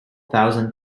thousand